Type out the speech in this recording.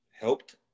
helped